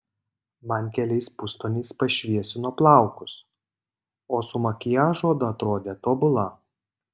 man keliais pustoniais pašviesino plaukus o su makiažu oda atrodė tobula